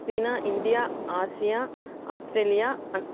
China India Asia Australia